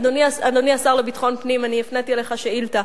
אדוני השר לביטחון פנים, אני הפניתי אליך שאילתא